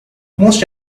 most